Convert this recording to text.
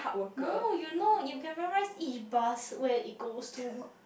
no you know you familiarize E buzz where it goes to